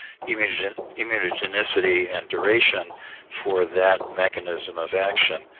immunogenicity and duration for that mechanism of action.